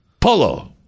Polo